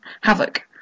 Havoc